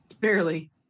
Barely